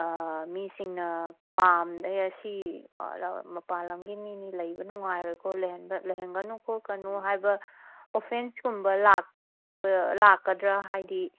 ꯃꯤꯁꯤꯡꯅ ꯄꯥꯝꯗꯦ ꯁꯤ ꯃꯄꯥꯟ ꯂꯝꯒꯤ ꯃꯤꯅꯤ ꯂꯩꯕ ꯅꯨꯡꯉꯥꯏꯔꯣꯏꯀꯣ ꯂꯩꯍꯟꯒꯅꯨ ꯈꯣꯠꯀꯅꯨ ꯍꯥꯏꯕ ꯑꯣꯐꯦꯟꯁꯀꯨꯝꯕ ꯂꯥꯛꯀꯗ꯭ꯔ ꯍꯥꯏꯗꯤ